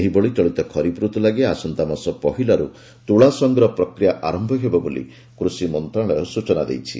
ସେହିଭଳି ଚଳିତ ଖରିଫ୍ ଋତୁ ଲାଗି ଆସନ୍ତାମାସ ପହିଲାରୁ ତୁଳା ସଂଗ୍ରହ ପ୍ରକ୍ରିୟା ଆରମ୍ଭ ହେବ ବୋଲି କୃଷି ମନ୍ତ୍ରଣାଳୟ କହିଛି